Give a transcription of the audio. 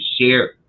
share